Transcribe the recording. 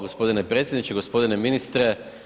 Gospodine predsjedniče, gospodine ministre.